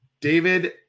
David